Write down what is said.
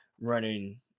running